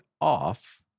off